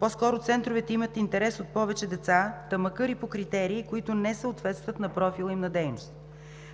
По-скоро центровете имат интерес от повече деца, макар и по критерии, които не съответстват на профила им на дейност.